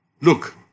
Look